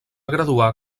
graduar